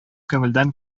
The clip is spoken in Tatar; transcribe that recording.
күңелдән